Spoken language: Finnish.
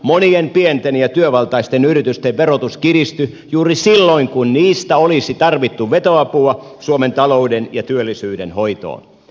monien pienten ja työvaltaisten yritysten verotus kiristyi juuri silloin kun niistä olisi tarvittu vetoapua suomen talouden ja työllisyyden hoitoon